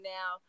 now